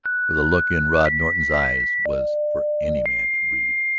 for the look in rod norton's eyes was for any man to read.